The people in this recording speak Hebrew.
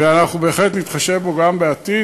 ואנחנו בהחלט נתחשב בו גם בעתיד.